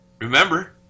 remember